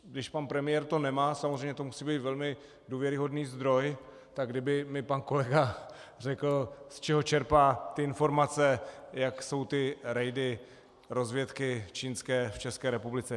Když pan premiér to nemá, samozřejmě to musí být velmi důvěryhodný zdroj, tak kdyby mi pan kolega řekl, z čeho čerpá ty informace, jak jsou ty rejdy rozvědky čínské v České republice.